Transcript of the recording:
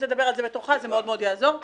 תדבר על זה בתורך, זה יעזור מאוד.